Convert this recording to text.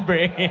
brake.